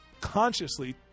consciously